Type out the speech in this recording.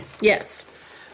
Yes